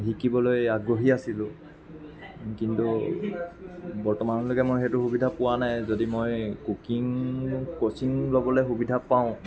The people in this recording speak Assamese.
শিকিবলৈ আগ্ৰহী আছিলোঁ কিন্তু বৰ্তমানলৈকে মই সেইটো সুবিধা পোৱা নাই যদি মই কুকিং ক'শ্বিং ল'বলৈ সুবিধা পাওঁ